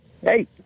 Hey